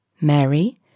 Mary